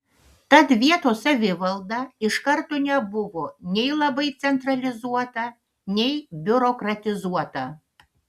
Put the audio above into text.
tad vietos savivalda iš karto nebuvo nei labai centralizuota nei biurokratizuota